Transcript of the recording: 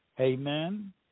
amen